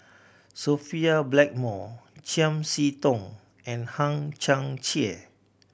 Sophia Blackmore Chiam See Tong and Hang Chang Chieh